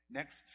next